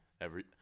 Every—